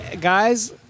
guys